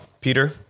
Peter